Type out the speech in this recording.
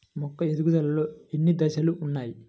మొక్క పెరుగుదలలో ఎన్ని దశలు వున్నాయి?